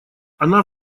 она